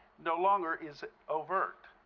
no longer is it overt.